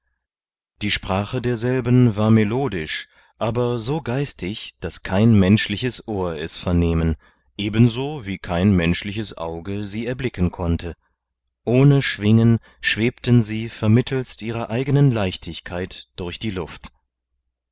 die sprache derselben war melodisch aber so geistig daß kein menschliches ohr es vernehmen ebenso wie kein menschliches auge sie erblicken konnte ohne schwingen schwebten sie vermittelst ihrer eigenen leichtigkeit durch die luft